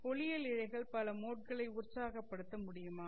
ஒளியியல் இழைகள் பல மோட்களை உற்சாகப்படுத்த முடியுமா